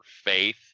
faith